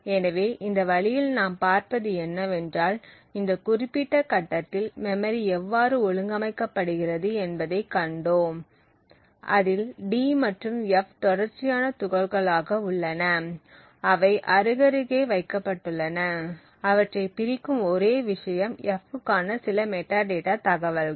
எனவே இந்த வழியில் நாம் பார்ப்பது என்னவென்றால் இந்த குறிப்பிட்ட கட்டத்தில் மெமரி எவ்வாறு ஒழுங்கமைக்கப்படுகிறது என்பதைக் கண்டோம் அதில் d மற்றும் f தொடர்ச்சியான துகள்களாக உள்ளன அவை அருகருகே வைக்கப்பட்டுள்ளன அவற்றைப் பிரிக்கும் ஒரே விஷயம் f க்கான சில மெட்டாடேட்டா தகவல்கள்